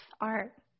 art